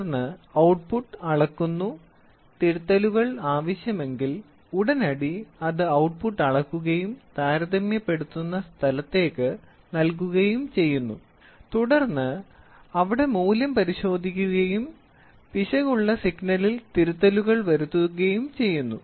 തുടർന്ന് ഔട്ട്പുട്ട് അളക്കുന്നു തിരുത്തലുകൾ ആവശ്യമെങ്കിൽ ഉടനടി അത് ഔട്ട്പുട്ട് അളക്കുകയും താരതമ്യപ്പെടുത്തുന്ന സ്ഥലത്തേക്ക് നൽകുകയും ചെയ്യുന്നു തുടർന്ന് അവിടെ മൂല്യം പരിശോധിക്കുകയും പിശക് സിഗ്നലിൽ തിരുത്തലുകൾ വരുത്തുകയും ചെയ്യുന്നു